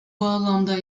bağlamda